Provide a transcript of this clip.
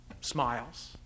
smiles